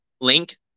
link